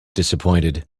disappointed